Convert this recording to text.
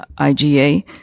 IgA